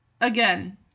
Again